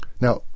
Now